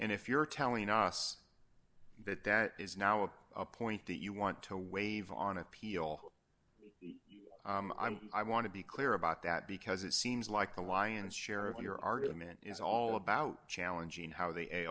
and if you're telling us that that is now at a point that you want to waive on appeal i want to be clear about that because it seems like the lion's share of your argument is all about challenging how the